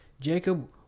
Jacob